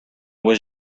was